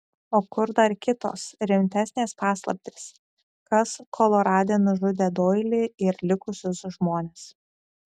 o kur dar kitos rimtesnės paslaptys kas kolorade nužudė doilį ir likusius žmones